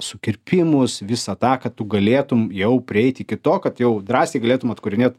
sukirpimus visą tą ką tu galėtum jau prieit iki to kad jau drąsiai galėtum atkūrinė